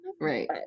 right